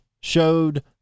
showed